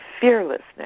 fearlessness